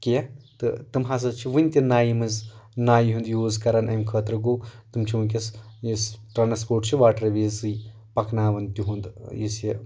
کینٛہہ تہٕ تِم ہسا چھِ وُنہِ تہِ نایہِ منٛز نایہِ ہُنٛد یوٗز کران امہِ خٲطرٕ گوٚو تِم چھِ وُنکیٚس یُس ٹرانسپوٹ چھُ واٹر ویزٕے پکناوان تِہُنٛد یُس یہِ